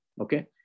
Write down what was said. Okay